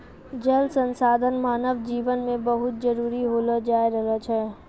जल संसाधन मानव जिवन मे बहुत जरुरी होलो जाय रहलो छै